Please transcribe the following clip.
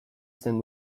zen